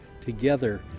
together